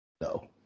No